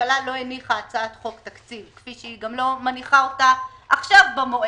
הממשלה לא הניחה הצעת חוק תקציב כפי שהיא לא מניחה עכשיו במועד,